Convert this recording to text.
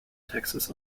taxes